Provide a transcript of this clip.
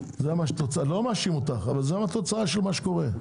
לא מאשים אותך, אבל זו התוצאה של מה שקורה.